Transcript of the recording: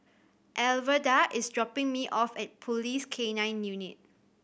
Alverda is dropping me off at Police K Nine Unit